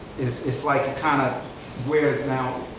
it's it's like it kind of whereas now,